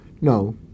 No